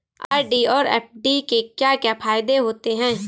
RD और FD के क्या क्या फायदे होते हैं?